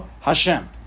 Hashem